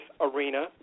arena